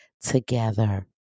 together